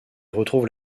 retrouve